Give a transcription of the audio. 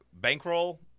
bankroll